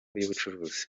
y’ubucuruzi